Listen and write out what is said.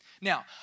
Now